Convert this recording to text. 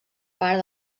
part